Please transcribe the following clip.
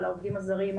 על העובדים הזרים,